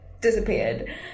disappeared